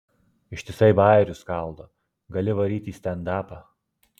ištisai bajerius skaldo gali varyt į stendapą